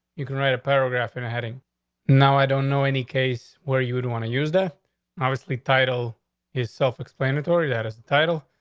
you can write a paragraph in heading now. i don't know any case where you would want to use that obviously title his self explanatory, that title.